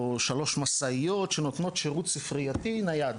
שלוש משאיות שנותנות שירות ספרייתי נייד.